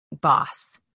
boss